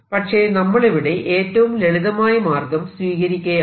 പക്ഷെ നമ്മളിവിടെ ഏറ്റവും ലളിതമായ മാർഗം സ്വീകരിക്കയാണ്